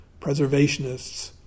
preservationists